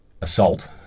assault